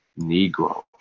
Negro